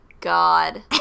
God